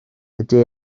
ydy